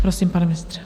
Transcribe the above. Prosím, pane ministře.